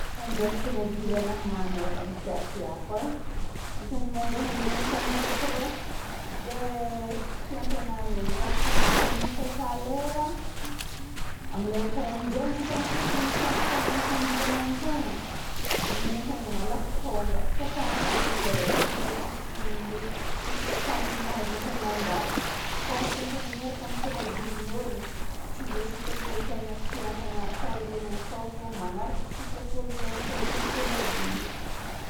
Mandeha tômôbily anahy manokagna ty tiako e. Ny tegna mandeha amin'ny an'ny tegna boko rô, zay tian-tegna ny- ôhatra antegna mitratra lera, amin'ny lera karan'izegny antegna tokony mita- tonga amin'ny tany andianan-tegna. Igny antegna malaky tonga, tratran'ny tegna igny lera igny, koa tsisy sampona mahazo antegna an-dala. Fô ôhatra antegna miaraka amin'ny tômôbilin'olo, tsy zay sitrapon'ny tegna, tian'ny tegna atao zegny atao fô magnaraka sitrapon'ilay tompon'ny tômôbily.